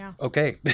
Okay